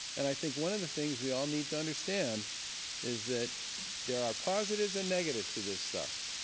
and i think one of the things we all need to understand is that there are positives and negatives to this stuff.